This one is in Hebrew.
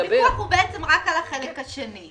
הוויכוח הוא רק על החלק השני.